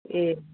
ए